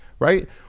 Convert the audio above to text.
Right